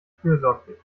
fürsorglich